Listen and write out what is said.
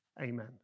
Amen